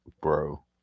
Bro